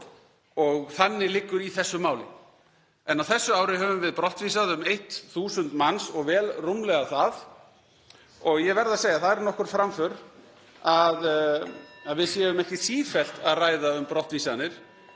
og þannig liggur í þessu máli. En á þessu ári höfum við brottvísað um 1.000 manns og vel rúmlega það og ég verð að segja að það er nokkur framför (Forseti hringir.) að við séum ekki sífellt að ræða um brottvísanir